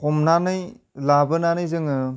हमनानै लाबोनानै जोङो